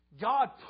God